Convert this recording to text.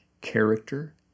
character